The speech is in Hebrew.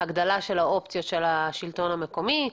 הגדלה של האופציות של השלטון המקומי.